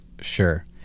Sure